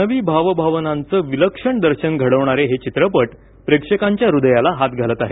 मानवी भावभावनाचं विलक्षण दर्शन घडवणारे हे चित्रपट प्रेक्षकांच्या हृदयाला हात घालत आहेत